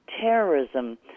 terrorism